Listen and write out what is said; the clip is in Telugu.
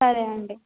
సరే అండి